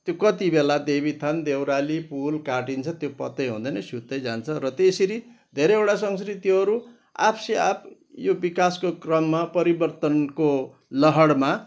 त्यो कति बेला देवीथान देउराली पुल काटिन्छ त्यो पत्तै हुँदैन त्यो सुत्तै जान्छ र त्यसरी धेरैवटा संस्कृतिहरू आफसे आफ यो विकासको क्रममा परिवर्तनको लहडमा